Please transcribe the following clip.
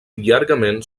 llargament